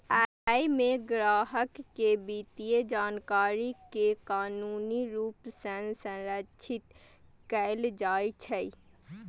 अय मे ग्राहक के वित्तीय जानकारी कें कानूनी रूप सं संरक्षित कैल जाइ छै